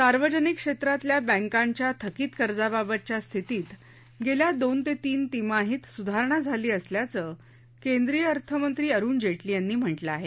सार्वजनिक क्षेत्रातल्या बँकांच्या थकित कर्जाबाबतच्या स्थितीत गेल्या दोन ते तीन तिमाहित स्धारणा झाली असल्याचं केंद्रीय अर्थमंत्री अरुण जेटली यांनी म्हटलं आहे